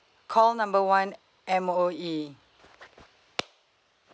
call number one M_O_E